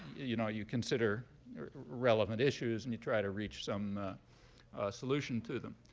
you know you consider relevant issues, and you try to reach some solution to them.